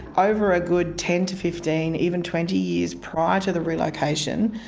over a good ten to fifteen, even twenty years prior to the relocation,